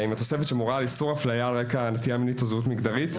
עם התוספת שאמורה לאסור אפליה על רקע נטייה מינית או זהות מגדרית.